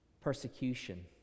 persecution